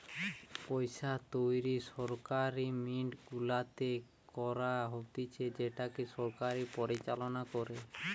পইসা তৈরী সরকারি মিন্ট গুলাতে করা হতিছে যেটাকে সরকার পরিচালনা করে